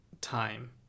time